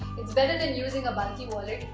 it's better than using a bulky wallet,